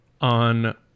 on